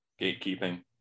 gatekeeping